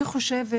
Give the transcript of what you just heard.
אני חושבת